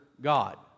God